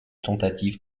tentatives